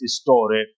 story